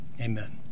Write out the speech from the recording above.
amen